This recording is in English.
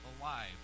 alive